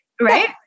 Right